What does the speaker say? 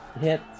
Hit